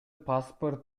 паспорт